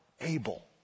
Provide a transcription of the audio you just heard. Abel